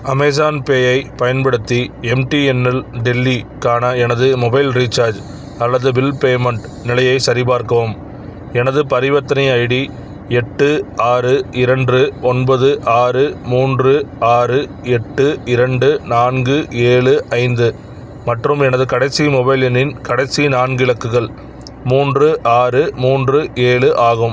Amazon pay ஐப் பயன்படுத்தி MTNL டெல்லிக்கான எனது மொபைல் ரீசார்ஜ் அல்லது பில் பேமெண்ட் நிலையைச் சரிபார்க்கவும் எனது பரிவர்த்தனை ஐடி எட்டு ஆறு இரண்டு ஒன்பது ஆறு மூன்று ஆறு எட்டு இரண்டு நான்கு ஏழு ஐந்து மற்றும் எனது கடைசி மொபைல் எண்ணின் கடைசி நான்கு இலக்குகள் மூன்று ஆறு மூன்று ஏழு ஆகும்